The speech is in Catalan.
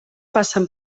passen